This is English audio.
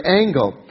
angle